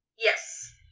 Yes